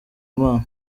imana